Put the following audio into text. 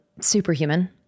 superhuman